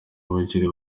abakiri